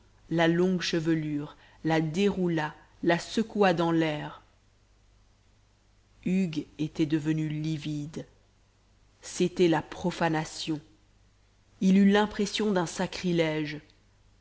la longue chevelure la déroula la secoua dans l'air hugues était devenu livide c'était la profanation il eut l'impression d'un sacrilège